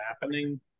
happening